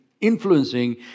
influencing